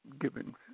giving